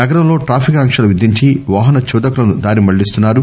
నగరంలో ట్రాఫిక్ ఆంక్షలు విధించి వాహన చోదకులను దారి మళ్ళిస్తున్నారు